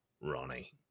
ronnie